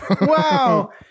wow